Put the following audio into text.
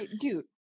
Dude